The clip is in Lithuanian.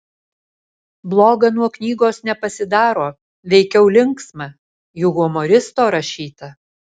bloga nuo knygos nepasidaro veikiau linksma juk humoristo rašyta